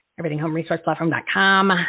everythinghomeresourceplatform.com